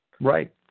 right